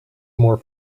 more